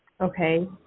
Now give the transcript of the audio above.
Okay